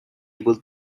able